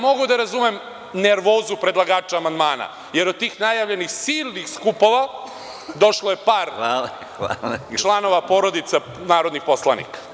Mogu da razumem nervozu predlagača amandmana jer od tih najavljenih silnih skupova došlo je par članova porodica narodnih poslanika.